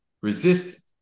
resist